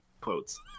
quotes